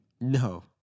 No